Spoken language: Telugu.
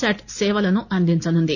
శాట్ సేవలను అందించనుంది